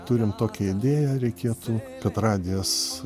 turim tokią idėją reikėtų kad radijas